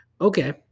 okay